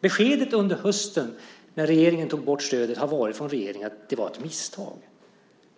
Beskedet från regeringen under hösten, när regeringen tog bort stödet, har varit att det var ett misstag.